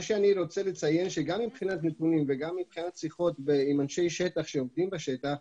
אני רוצה לציין שגם מבחינת שיחות עם אנשי שטח שעובדים בשטח,